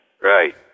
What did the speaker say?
Right